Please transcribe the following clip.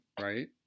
right